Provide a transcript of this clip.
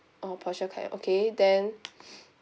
oh porsche car okay then